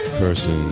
person